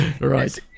right